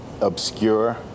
obscure